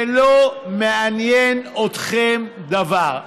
ולא מעניין אתכם דבר.